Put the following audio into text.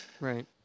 Right